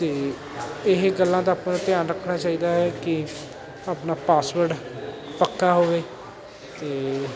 ਅਤੇ ਇਹ ਗੱਲਾਂ ਦਾ ਆਪਾਂ ਧਿਆਨ ਰੱਖਣਾ ਚਾਹੀਦਾ ਹੈ ਕਿ ਆਪਣਾ ਪਾਸਵਰਡ ਪੱਕਾ ਹੋਵੇ ਅਤੇ